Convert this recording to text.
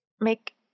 make